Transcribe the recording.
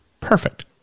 perfect